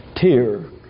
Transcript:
tear